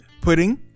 pudding